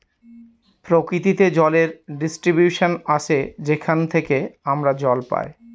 প্রকৃতিতে জলের ডিস্ট্রিবিউশন আসে যেখান থেকে আমরা জল পাই